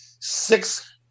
six